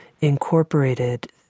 incorporated